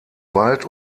wald